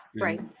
Right